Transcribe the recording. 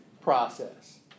process